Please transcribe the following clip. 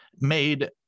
made